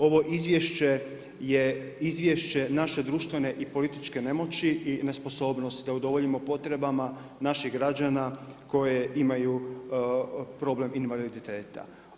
Ovo Izvješće je izvješće naše društvene i političke nemoći i nesposobnosti da udovoljimo potrebama naših građana koje imaju problem invaliditeta.